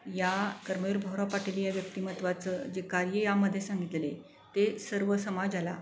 या कर्मवीर भाऊराव पाटील या व्यक्तिमत्त्वाचं जे कार्य यामध्ये सांगितलेलं आहे ते सर्व समाजाला